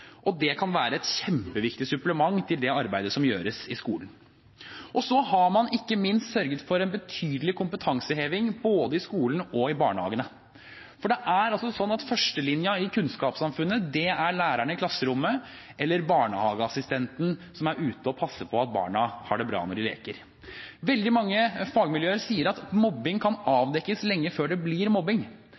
Det kan være et kjempeviktig supplement til det arbeidet som gjøres i skolen. Så har man ikke minst sørget for en betydelig kompetanseheving både i skolen og i barnehagene. Førstelinjen i kunnskapssamfunnet er læreren i klasserommet eller barnehageassistenten som er ute og passer på at barna har det bra når de leker. Veldig mange fagmiljøer sier at mobbing kan avdekkes lenge før det blir mobbing.